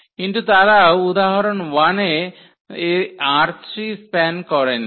কিন্তু তারা উদাহরণ 1 এ ℝ3 স্প্যান করেনি